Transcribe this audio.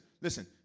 listen